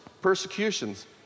persecutions